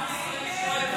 נחושים.